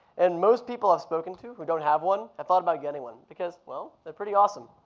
and most people i've spoken to who don't have one have thought about getting one because, well, they're pretty awesome.